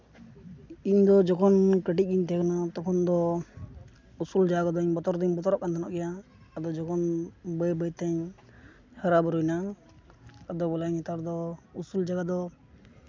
ᱤᱧᱫᱚ ᱡᱚᱠᱷᱚᱱ ᱠᱟᱹᱴᱤᱡ ᱜᱤᱧ ᱛᱟᱦᱮᱸ ᱠᱟᱱᱟ ᱛᱚᱠᱷᱚᱱ ᱫᱚ ᱤᱥᱩᱞ ᱡᱟᱭᱜᱟ ᱠᱚᱫᱚ ᱵᱚᱛᱚᱨ ᱫᱚᱧ ᱵᱚᱛᱚᱨᱚᱜ ᱠᱟᱱ ᱛᱟᱦᱮᱱᱚᱜ ᱜᱮᱭᱟ ᱟᱫᱚ ᱡᱚᱠᱷᱚᱱ ᱵᱟᱹᱭ ᱵᱟᱹᱭᱛᱤᱧ ᱦᱟᱨᱟ ᱵᱩᱨᱩᱭᱱᱟ ᱟᱫᱚ ᱵᱚᱞᱮ ᱱᱮᱛᱟᱨ ᱫᱚ ᱩᱥᱩᱞ ᱡᱟᱭᱜᱟ ᱫᱚ